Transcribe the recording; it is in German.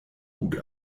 gut